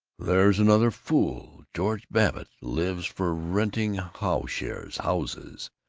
there's another fool. george babbitt. lives for renting howshes houses.